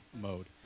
mode